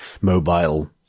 mobile